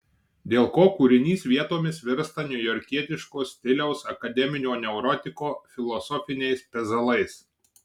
dėl ko kūrinys vietomis virsta niujorkietiško stiliaus akademinio neurotiko filosofiniais pezalais